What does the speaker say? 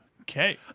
Okay